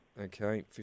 Okay